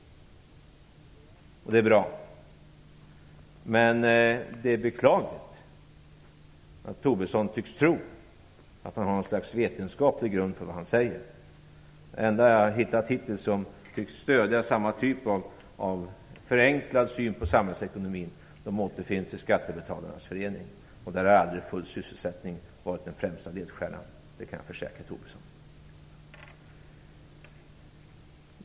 Det är bra. Men det är beklagligt att Tobisson tycks tro att han har något slags vetenskaplig grund för det han säger. Det enda som tycks stödja samma typ av förenklad syn på samhällsekonomin är att argumenten återfinns i Skattebetalarnas förening. Jag kan försäkra Tobisson att där har aldrig full sysselsättning varit den främsta ledstjärnan.